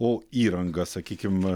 o įranga sakykim